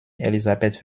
elizabeth